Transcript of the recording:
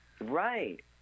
Right